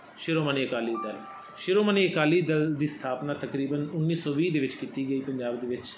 ਸ਼੍ਰੋਮਣੀ ਅਕਾਲੀ ਦਲ ਸ਼੍ਰੋਮਣੀ ਅਕਾਲੀ ਦਲ ਦੀ ਸਥਾਪਨਾ ਤਕਰੀਬਨ ਉੱਨੀ ਸੌ ਵੀਹ ਦੇ ਵਿੱਚ ਕੀਤੀ ਗਈ ਪੰਜਾਬ ਦੇ ਵਿੱਚ